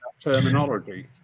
terminology